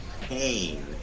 pain